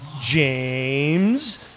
James